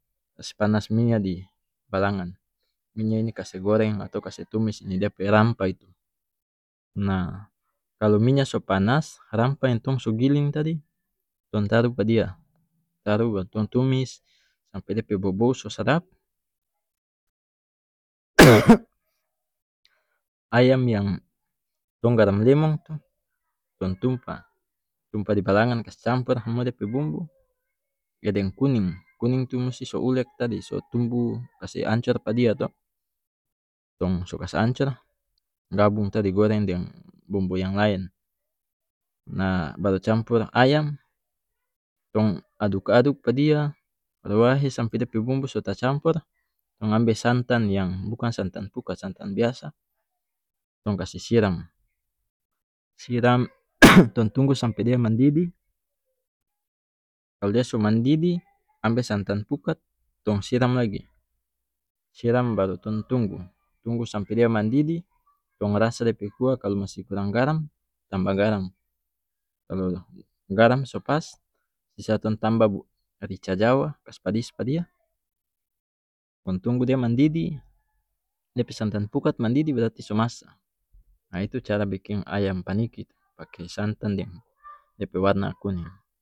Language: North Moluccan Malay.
kas panas minya di balangan minya ini kase goreng atau kase tumis di dia pe rampah itu nah kalu minya so panas rampah yang tong so giling tadi tong taru pa dia taru baru tong tumis sampe dia pe bobou so sadap ayam yang tong garam lemong tu tong tumpah tumpah di balangan kas campur samua dia pe bumbu deng kuning kuning tu musi so ulek tadi so tumbu kase ancor pa dia to tong so kase ancor gabung tadi goreng deng bumbu yang laen nah baru campur ayam tong aduk aduk pa dia ruwahe sampe dia pe bumbu so tacampur tong ambe santan yang bukan santan pukat santan biasa tong kase siram siram tong tunggu sampe dia mandidih kalu dia so mandidih ambe santan pukat tong siram lagi siram baru tong tunggu tunggu sampe dia mandidih tong rasa dia pe kuah kalu masih kurang garam tambah garam kalu garam so pas sisa tong tambah rica jawa kas padis pa dia kong tunggu dia mandidh dia pe santan pukat mandidih berarti so masa ah itu cara biking ayam paniki tu pake santan deng dia pe warna kuning.